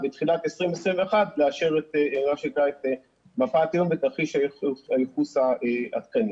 בתחילת 2021 לאשר את מפת האיום ותרחיש הייחוס העדכני.